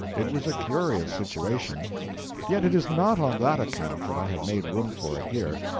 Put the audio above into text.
it was a curious situation yet it is not on that account that i have made room for it here,